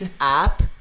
app